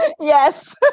Yes